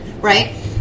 right